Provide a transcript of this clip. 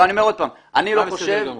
מה בסדר גמור?